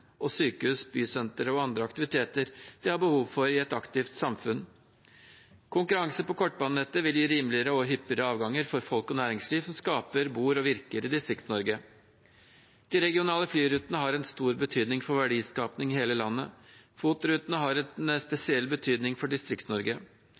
og sykehus, bysentre og andre aktiviteter det er behov for i et aktivt samfunn. Konkurranse på kortbanenettet vil gi rimeligere og hyppigere avganger for folk og næringsliv som skaper, bor og virker i Distrikts-Norge. De regionale flyrutene har stor betydning for verdiskaping i hele landet. FOT-rutene har en spesiell betydning for Distrikts-Norge. Av denne grunn sikret regjeringen Solberg et